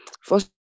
first